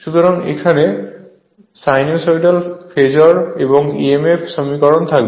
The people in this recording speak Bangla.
সুতরাং এখানে সাইনুসয়ডাল ফেজর এবং EMF সমীকরণ থাকবে